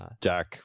Jack